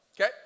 Okay